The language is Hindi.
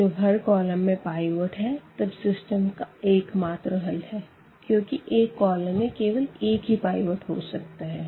तो जब हर कॉलम में पाइवट है तब सिस्टम का एकमात्र हल है क्योंकि एक कॉलम में केवल एक ही पाइवट हो सकता है